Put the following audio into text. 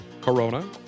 Corona